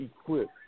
Equipped